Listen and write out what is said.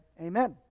amen